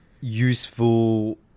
useful